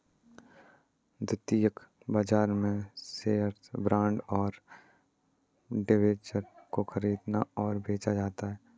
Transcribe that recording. द्वितीयक बाजार में शेअर्स, बॉन्ड और डिबेंचर को ख़रीदा और बेचा जाता है